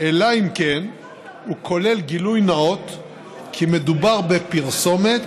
אלא אם כן הוא כולל גילוי נאות כי מדובר בפרסומת